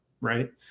right